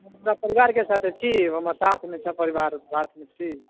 हम परिवार के साथे छी हमर साथमे सभ परिवार साथमे छी